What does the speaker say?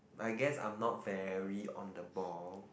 I guess I'm not very on the ball